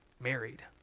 married